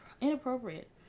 inappropriate